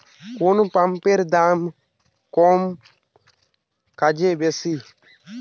কোন পাম্পের দাম কম কাজ বেশি?